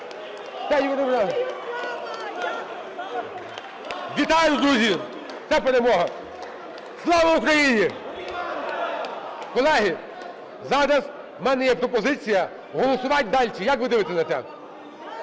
Вітаю, друзі, це перемога! Слава Україні! Колеги, зараз у мене є пропозиція голосувати далі. Як ви дивитесь на те?